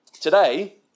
Today